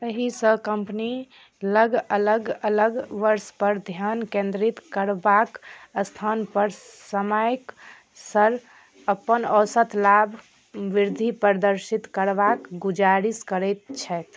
एहिसँ कम्पनी लग अलग अलग वर्ष पर ध्यान केन्द्रित करबाक स्थान पर समयक सङ्ग अपन औसत लाभ वृद्धि प्रदर्शित करबाक गुजारिश करैत छथि